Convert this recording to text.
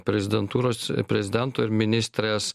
prezidentūros prezidento ir ministrės